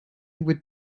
with